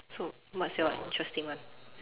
so what's your interesting one